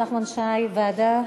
חבר הכנסת נחמן שי, ועדה?